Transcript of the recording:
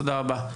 תודה רבה.